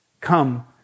Come